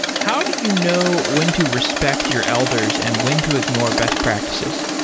how do you know when to respect your elders and when to ignore best practices?